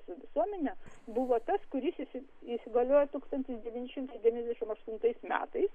su visuomene buvo tas kuris įsigaliojo tūkstantis devyni šimtai devyniasdešimt aštuntais metais